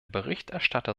berichterstatter